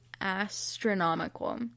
astronomical